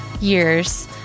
years